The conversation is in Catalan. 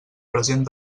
present